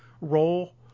role